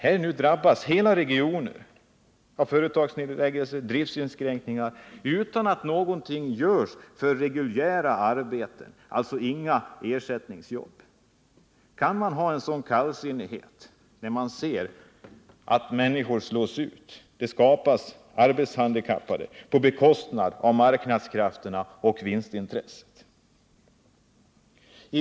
Här drabbas hela regioner av företagsnedläggelser och driftinskränkningar utan att någonting görs för reguljära arbeten — alltså inga ersättningsjobb. Kan man visa en sådan kallsinnighet när man ser att människor slås ut? Det skapas problem för arbetshandikappade, och man vill inte lösa dem på bekostnad av marknadskrafterna och vinstintresset.